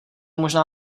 možná